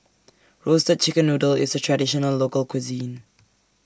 Roasted Chicken Noodle IS A Traditional Local Cuisine